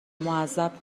معذب